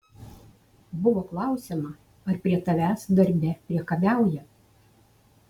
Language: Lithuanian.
buvo klausiama ar prie tavęs darbe priekabiauja